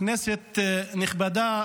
כנסת נכבדה,